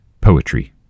poetry